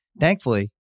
thankfully